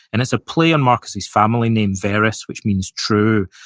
and that's a play on marcus's family name, verus, which means true.